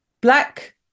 black